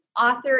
author